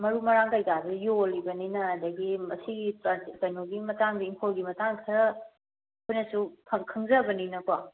ꯃꯔꯨ ꯃꯔꯥꯡ ꯀꯩꯀꯥꯗꯣ ꯌꯣꯜꯂꯤꯕꯅꯤꯅ ꯑꯗꯒꯤ ꯃꯁꯤꯒꯤ ꯀꯩꯅꯣꯒꯤ ꯃꯇꯥꯡꯗ ꯏꯪꯈꯣꯜꯒꯤ ꯃꯇꯥꯡ ꯈꯔ ꯑꯩꯈꯣꯏꯅꯁꯨ ꯈꯪꯖꯕꯅꯤꯅꯀꯣ